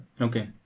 Okay